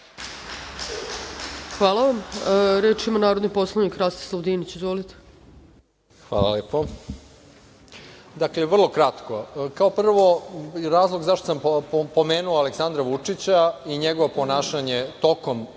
Hvala vam. Reč ima narodni poslanik Rastislav Dinić. Izvolite. **Rastislav Dinić** Hvala lepo. Dakle, vrlo kratko. Kao prvo razlog zašto sam pomenuo Aleksandra Vučića i njegovo ponašanje tokom